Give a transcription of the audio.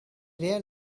rare